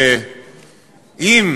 שאם